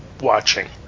watching